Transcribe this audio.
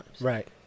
Right